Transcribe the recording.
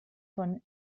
von